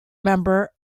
member